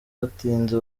batinze